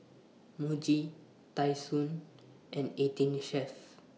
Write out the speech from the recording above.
Muji Tai Sun and eighteen Chef